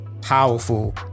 powerful